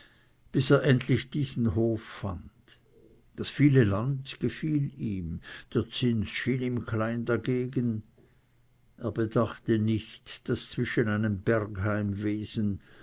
bis er endlich diesen hof fand das viele land gefiel ihm der zins schien ihm klein dagegen er bedachte nicht daß zwischen einem